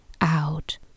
out